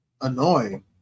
annoying